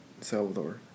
Salvador